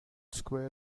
square